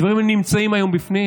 הדברים האלה נמצאים היום בפנים,